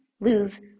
lose